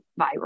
viral